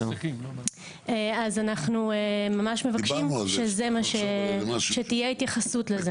אז אנחנו ממש מבקשים שתהיה התייחסות לזה.